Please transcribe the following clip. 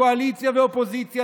קואליציה ואופוזיציה,